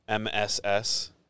MSS